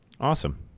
Awesome